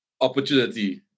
opportunity